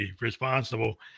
responsible